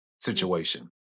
situation